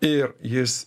ir jis